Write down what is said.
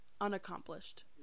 unaccomplished